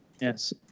Yes